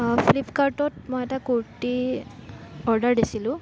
ফ্লিপকাৰ্টত মই এটা কুৰ্তী অৰ্ডাৰ দিছিলোঁ